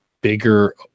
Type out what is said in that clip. bigger